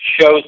shows